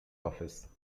office